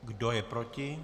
Kdo je proti?